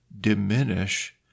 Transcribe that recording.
diminish